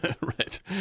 Right